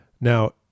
Now